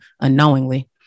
unknowingly